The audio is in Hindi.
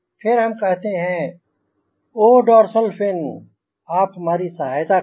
फिर हम कहते हैं वह डोर्सल फिन आप हमारी सहायता करें